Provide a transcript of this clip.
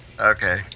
Okay